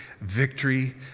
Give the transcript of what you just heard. victory